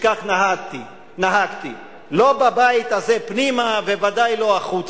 שכך נהגתי, לא בבית הזה פנימה, ובוודאי לא החוצה.